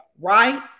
right